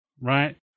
right